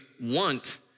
want